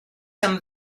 some